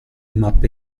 mappe